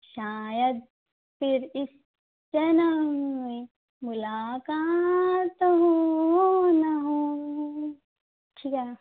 शायद फिर इस जनम में मुलाक़ात हो न हो ठीक आहे मॅम